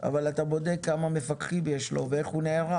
אבל אתה בודק כמה מפקחים יש לו ואיך הוא נערך.